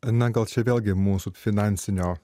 na gal čia vėlgi mūsų finansinio